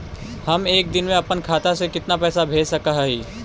हम एक दिन में अपन खाता से कितना पैसा भेज सक हिय?